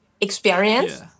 experience